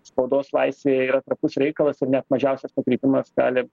spaudos laisvė yra trapus reikalas ir net mažiausias nukrypimas gali